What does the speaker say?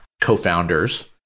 co-founders